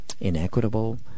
inequitable